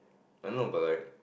I know but I